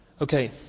Okay